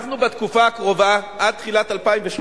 אנחנו, בתקופה הקרובה, עד תחילת 2013,